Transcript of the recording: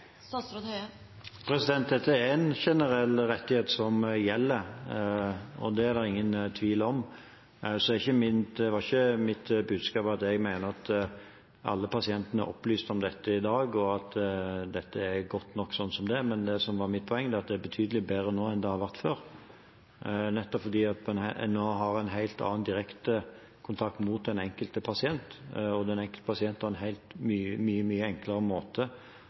Dette er en generell rettighet som gjelder, det er det ingen tvil om. Det var ikke mitt budskap at jeg mener at alle pasientene er opplyst om dette i dag, og at dette er godt nok som der er. Det som var mitt poeng, er at det er betydelig bedre nå enn det har vært før, nettopp fordi en nå har en helt annen direkte kontakt med den enkelte pasient, og den enkelte pasient har en mye enklere måte